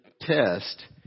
test